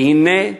והנה,